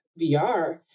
VR